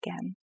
again